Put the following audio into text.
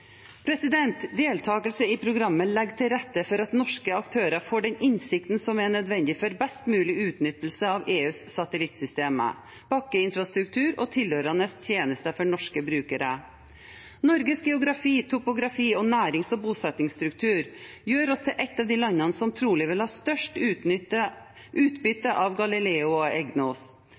Deltakelse i programmet legger til rette for at norske aktører får den innsikten som er nødvendig for best mulig utnyttelse av EUs satellittsystemer, bakkeinfrastruktur og tilhørende tjenester for norske brukere. Norges geografi, topografi og nærings- og bosettingsstruktur gjør oss til ett av de landene som trolig vil ha størst utbytte av Galileo og EGNOS.